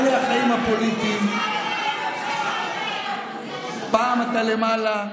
אלה החיים הפוליטיים: פעם אתה למעלה,